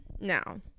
now